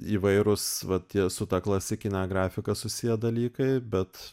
į įvairūs vat tie su ta klasikinė grafika susiję dalykai bet